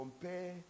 compare